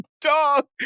dog